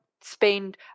spend